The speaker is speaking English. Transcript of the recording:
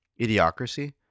idiocracy